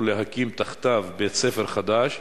להקים תחתיו בית-ספר חדש.